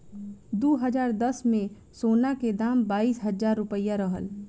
दू हज़ार दस में, सोना के दाम बाईस हजार रुपिया रहल